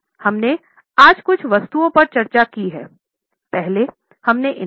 हमने आज कुछ वस्तुओं पर चर्चा की है पहले हमने इन्वेस्टिंग